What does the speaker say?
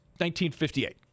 1958